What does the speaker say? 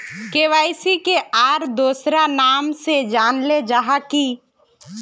KYC के आर दोसरा नाम से जानले जाहा है की?